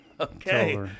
Okay